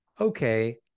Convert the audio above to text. okay